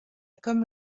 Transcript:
comme